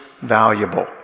valuable